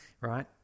right